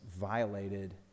violated